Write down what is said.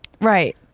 right